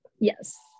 Yes